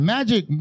Magic